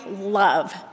love